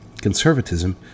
conservatism